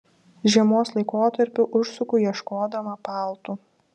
žiemos laikotarpiu užsuku ieškodama paltų